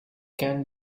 can